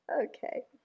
Okay